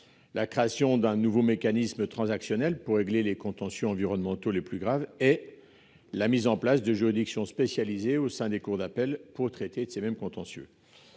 la création d'un nouveau mécanisme transactionnel pour régler les contentieux environnementaux les plus graves et la mise en place de juridictions spécialisées au sein des cours d'appel pour traiter de ces mêmes contentieux.